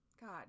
God